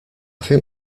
think